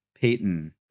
Peyton